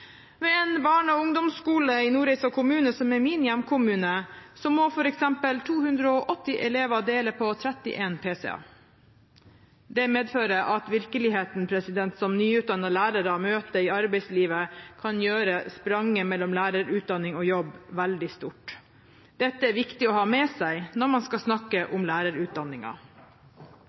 Ved en barne- og ungdomsskole i Nordreisa kommune, som er min hjemkommune, må f.eks. 280 elever dele på 31 pc-er. Det medfører at virkeligheten som nyutdannede lærere møter i arbeidslivet, kan gjøre spranget mellom lærerutdanning og jobb veldig stort. Dette er viktig å ha med seg når man skal snakke